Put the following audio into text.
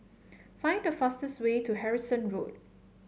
find the fastest way to Harrison Road